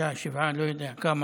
26, 27, אני לא יודע כמה,